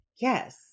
Yes